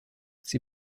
sie